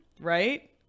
right